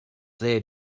there